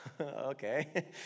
okay